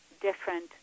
different